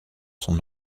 son